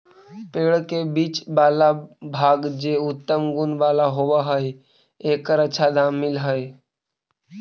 पेड़ के बीच वाला भाग जे उत्तम गुण वाला होवऽ हई, एकर अच्छा दाम मिलऽ हई